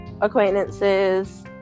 acquaintances